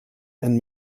and